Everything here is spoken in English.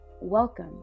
Welcome